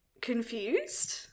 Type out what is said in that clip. confused